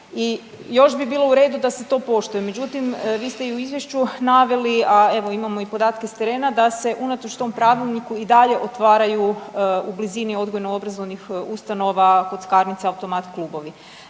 i još bi bilo u redu da se to poštuje, međutim, vi ste i u izvješću naveli, a evo, imamo i podatke s terena da se, unatoč tom pravilniku i dalje otvaraju u blizini odgojno-obrazovnih ustanova kockarnice i automat klubovi.